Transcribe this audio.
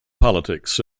politics